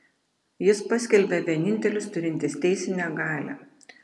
jis paskelbė vienintelis turintis teisinę galią